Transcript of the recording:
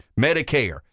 Medicare